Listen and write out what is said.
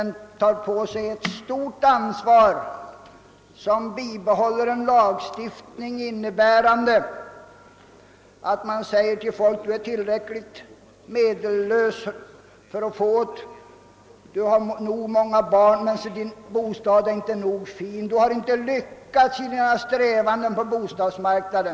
Därför tar de på sig ett stort ansvar som vill behålla en lagstiftning, som innebär att man säger till folk att de är tillräckligt medellösa och har tillräckligt många barn för att få bidrag, men att bostaden inte är nog fin; de har inte lyckats tillräckligt bra i sina strävanden på bostadsmarknaden.